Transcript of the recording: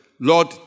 Lord